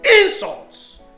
insults